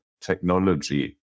technology